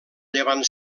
llevant